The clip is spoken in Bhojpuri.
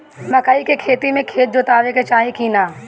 मकई के खेती मे खेत जोतावे के चाही किना?